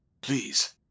Please